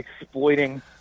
exploiting